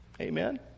Amen